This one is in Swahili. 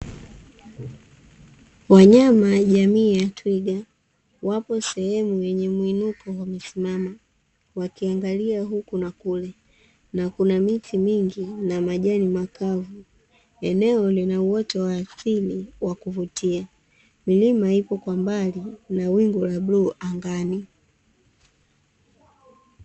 Wanyama jamii ya twiga wapo sehemu yenye mwinuko wamesimama wakiangalia huku na kule na kuna miti mingi na majani makavu, eneo lina uoto wa asilia wa kuvutia, milima ipo kwa mbali na wingu la bluu angani.